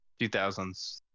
2000s